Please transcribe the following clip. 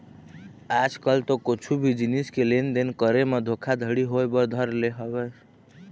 आज कल तो कुछु भी जिनिस के लेन देन करे म धोखा घड़ी होय बर धर ले हवय